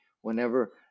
whenever